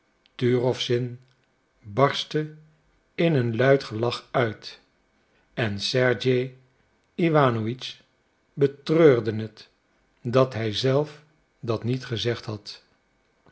turowzin barstte in een luid gelach uit en sergej iwanowitsch betreurde het dat hij zelf dat niet gezegd had